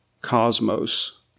cosmos